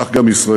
כך גם ישראל.